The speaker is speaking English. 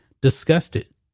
disgusted